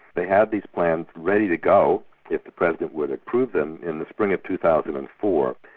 they had these plans ready to go if the president would approve them, in the spring of two thousand and four,